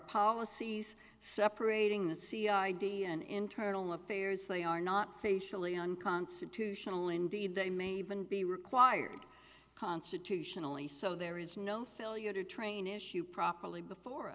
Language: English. policies separating the c r b and internal affairs they are not facially unconstitutional indeed they may even be required constitutionally so there is no failure to train issue properly before